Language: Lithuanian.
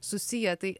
susiję tai